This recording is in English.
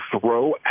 throw